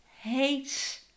hates